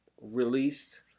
released